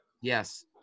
Yes